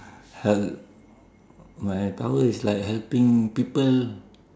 hel~ my power is like helping people